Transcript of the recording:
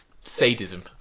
sadism